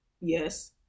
Yes